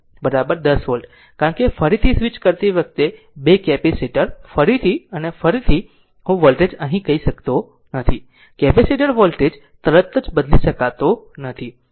કારણ કે ફરીથી સ્વિચ કરતી વખતે બે કેપેસિટર ફરીથી અને ફરીથી હું વોલ્ટેજ કહી શકતો નથી કેપેસિટર વોલ્ટેજ તરત જ બદલી શકતા નથી